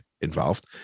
involved